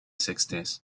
sixties